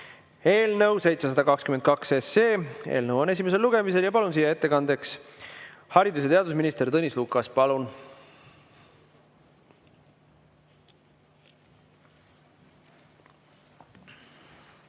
eelnõu 722, eelnõu on esimesel lugemisel. Palun siia ettekandeks haridus‑ ja teadusminister Tõnis Lukase. Palun!